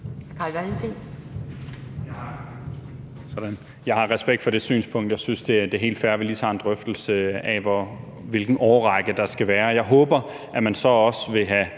Jeg har respekt for det synspunkt. Jeg synes, det er helt fair, at vi lige tager en drøftelse af, hvilken årrække der skal være. Jeg håber, at man så også vil have